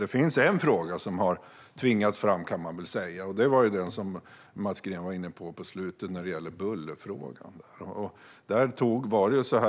Det finns en fråga som har tvingats fram, kan man väl säga, och det var den Mats Green var inne på mot slutet - bullerfrågan.